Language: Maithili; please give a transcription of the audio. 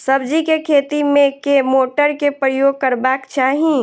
सब्जी केँ खेती मे केँ मोटर केँ प्रयोग करबाक चाहि?